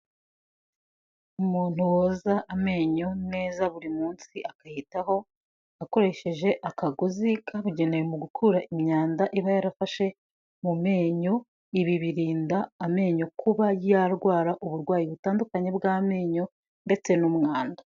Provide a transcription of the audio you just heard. Umuntu woza amenyo neza buri munsi akayitaho akoresheje akagozi kabigenewe mu gukura imyanda iba yarafashe mu menyo, ibi birinda amenyo kuba yarwara uburwayi butandukanye bw'amenyo ndetse n'umwanda.